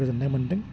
गोजोन्नाय मोन्दों